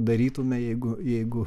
darytume jeigu jeigu